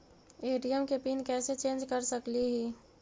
ATM के PIN कैसे change कर सकली ही?